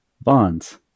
bonds